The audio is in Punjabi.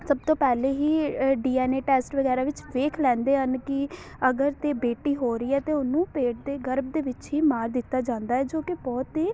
ਸਭ ਤੋਂ ਪਹਿਲੇ ਹੀ ਡੀ ਐੱਨ ਏ ਟੈਸਟ ਵਗੈਰਾ ਵਿੱਚ ਦੇਖ ਲੈਂਦੇ ਹਨ ਕਿ ਅਗਰ ਤਾਂ ਬੇਟੀ ਹੋ ਰਹੀ ਹੈ ਤਾਂ ਉਹਨੂੰ ਪੇਟ ਦੇ ਗਰਭ ਦੇ ਵਿੱਚ ਹੀ ਮਾਰ ਦਿੱਤਾ ਜਾਂਦਾ ਹੈ ਜੋ ਕਿ ਬਹੁਤ ਹੀ